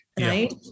Right